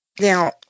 Now